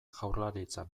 jaurlaritzan